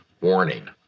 warning